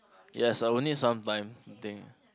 yes I would need some time to think